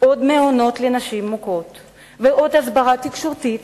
עוד מעונות לנשים מוכות ועוד הסברה תקשורתית